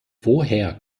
woher